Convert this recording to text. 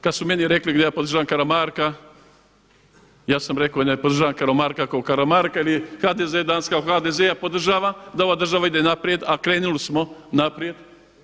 Kad su meni rekli da ja podržavam Karamarka ja sam rekao ne podržavam Karamarka kao Karamarka ili HDZ danas kao HDZ, ja podržavam da ova država ide naprijed, a krenuli smo naprijed.